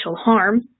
harm